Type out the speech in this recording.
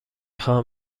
خواهم